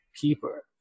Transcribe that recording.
keeper